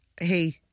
hey